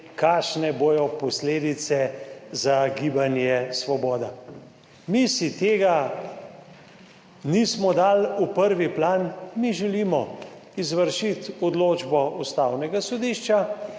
kakšne bodo posledice za Gibanje Svoboda. Mi si tega nismo dali v prvi plan, mi želimo izvršiti odločbo Ustavnega sodišča,